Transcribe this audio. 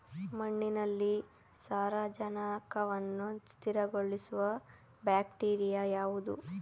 ಮಣ್ಣಿನಲ್ಲಿ ಸಾರಜನಕವನ್ನು ಸ್ಥಿರಗೊಳಿಸುವ ಬ್ಯಾಕ್ಟೀರಿಯಾ ಯಾವುದು?